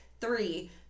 three